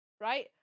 right